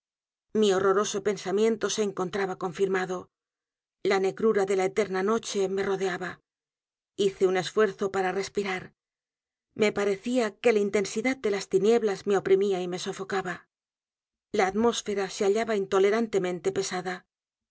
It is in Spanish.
mi horroroso pensamiento se encontraba confirmado la n e g r u r a de la eterna noche me rodeaba hice un esfuerzo para r e s pirar me parecía que la intensidad de las tinieblas me oprimía y me sofocaba la atmósfera se hallaba